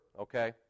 okay